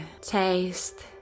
taste